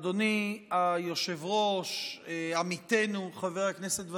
אדוני היושב-ראש, עמיתנו חבר הכנסת ואטורי,